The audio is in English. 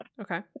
okay